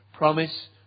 promise